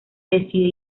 decide